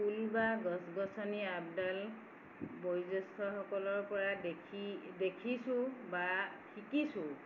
ফুল বা গছ গছনিৰ আপডাল বয়োজ্যেষ্ঠ সকলৰ পৰা দেখি দেখিছোঁ বা শিকিছোঁও